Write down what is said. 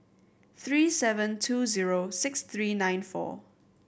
three seven two zero six three nine four